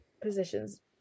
positions